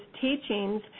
teachings